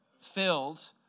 filled